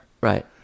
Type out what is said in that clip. right